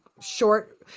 short